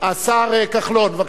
השר כחלון, בבקשה.